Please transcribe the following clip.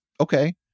Okay